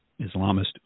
Islamist